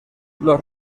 los